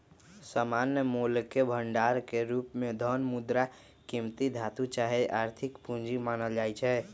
सामान्य मोलके भंडार के रूप में धन, मुद्रा, कीमती धातु चाहे आर्थिक पूजी मानल जाइ छै